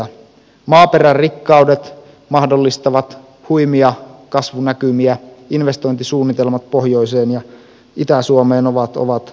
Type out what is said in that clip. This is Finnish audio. maaperän rikkaudet mahdollistavat huimia kasvunäkymiä investointisuunnitelmat pohjoiseen ja itä suomeen ovat huomattavat